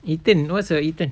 eton what's a eton